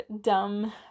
dumb